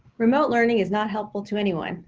remote learning is not helpful to anyone.